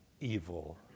evil